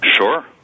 Sure